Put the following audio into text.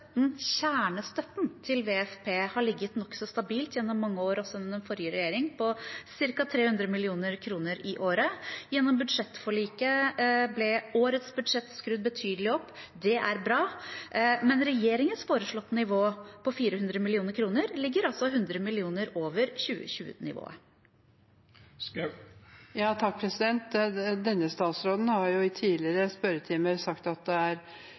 Kjernestøtten til WFP har ligget nokså stabilt gjennom mange år, også under forrige regjering, på ca. 300 mill. kr i året. Gjennom budsjettforliket ble årets budsjett skrudd betydelig opp, og det er bra, men regjeringens foreslåtte nivå på 400 mill. kr ligger altså 100 mill. kr over 2020-nivået. Denne statsråden har i tidligere spørretimer sagt at det er viktig at også de som får hjelp, er mette – når det